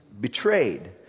betrayed